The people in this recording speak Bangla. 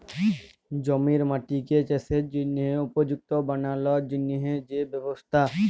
জমির মাটিকে চাসের জনহে উপযুক্ত বানালর জন্হে যে ব্যবস্থা